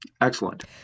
Excellent